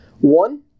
One